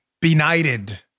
benighted